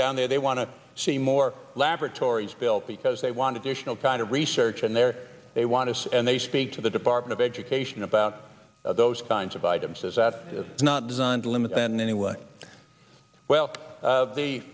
down there they want to see more laboratories built because they want additional kind of research and there they want to say and they speak to the department of education about those kinds of items that it's not designed to limit and anyway well